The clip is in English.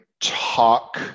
talk